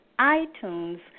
iTunes